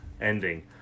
ending